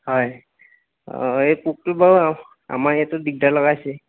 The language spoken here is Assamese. হয় অঁ এই পোকটো বাৰু আমাৰ ইয়াতো দিগদাৰ লগাইছে